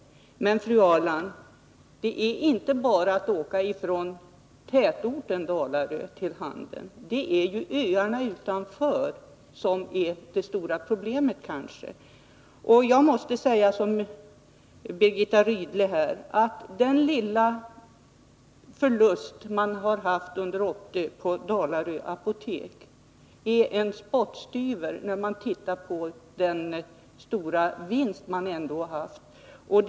Men, fru Ahrland, det är inte bara fråga om att åka från tätorten Dalarö till Handen. Det är när det gäller öarna utanför som de stora problemen uppkommer. Jag måste säga som Birgitta Rydle att den lilla förlust man har haft under 1980 på Dalarö apotek är en spottstyver i jämförelse med den stora vinst man ändå haft som helhet.